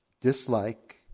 dislike